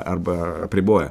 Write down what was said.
arba apriboja